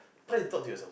try talk to yourself